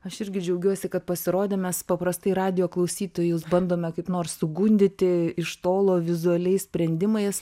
aš irgi džiaugiuosi kad pasirodė mes paprastai radijo klausytojus bandome kaip nors sugundyti iš tolo vizualiais sprendimais